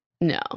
no